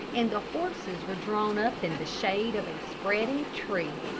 and the horses were drawn up in the shade of a spreading tree.